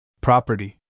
Property